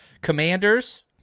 Commanders